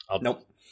Nope